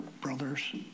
brother's